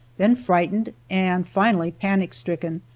then frightened and finally panic-stricken,